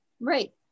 Right